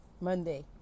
Monday